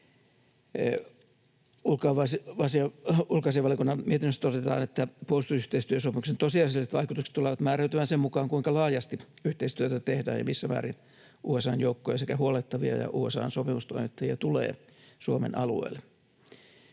Ulkoasiainvaliokunnan mietinnössä todetaan, että puolustusyhteistyösopimuksen tosiasialliset vaikutukset tulevat määräytymään sen mukaan, kuinka laajasti yhteistyötä tehdään ja missä määrin USA:n joukkoja sekä huollettavia ja USA:n sopimustoimittajia tulee Suomen alueelle.